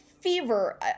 fever